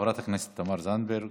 חברת הכנסת תמר זנדברג.